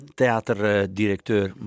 theaterdirecteur